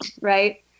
right